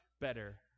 better